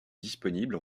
disponible